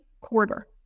quarter